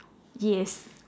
yes